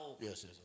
yes